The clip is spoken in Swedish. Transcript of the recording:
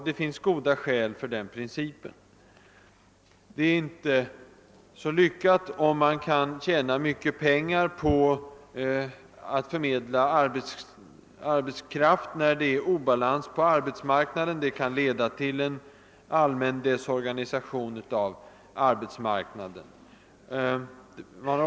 Det finns goda skäl för den principen. Det är inte så lyckat om man kan tjäna pengar på att förmedla arbetskraft, när det råder obalans på arbetsmarknaden. Det kan leda till en allmän desorganisation av arbetsmarknaden.